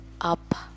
up